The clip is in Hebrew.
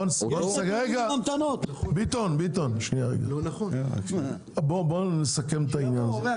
--- רבותיי, בואו נסכם את העניין הזה.